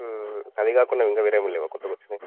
అది కాకుండా ఇంకా వేరేమి లేవా కొత్తగా వచ్చినాయి